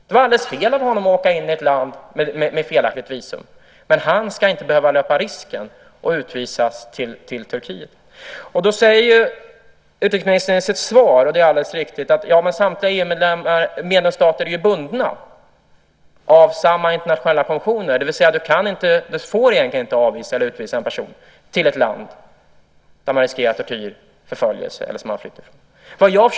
Det var alldeles fel av honom att åka in i ett land med felaktigt visum, men han ska inte behöva löpa risken att utvisas till Turkiet. I sitt svar säger utrikesministern - vilket är alldeles riktigt - att samtliga EU:s medlemsstater är bundna av samma internationella konventioner, det vill säga att man egentligen inte får avvisa eller utvisa en person till ett land där han eller hon riskerar tortyr och förföljelse, till det land som personen flytt från.